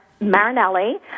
Marinelli